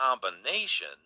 Combination